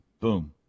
Boom